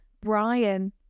Brian